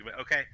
okay